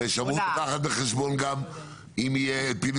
הרי שמאות לוקחת בחשבון גם האם יהיה פינוי